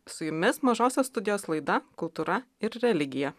su jumis mažosios studijos laida kultūra ir religija